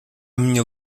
minha